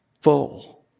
full